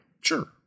Sure